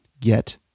get